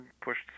pushed